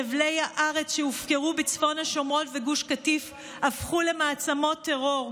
חבלי הארץ שהופקרו בצפון השומרון וגוש קטיף הפכו למעצמות טרור.